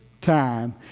time